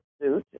suit